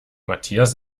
matthias